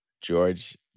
George